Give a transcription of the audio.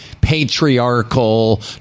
patriarchal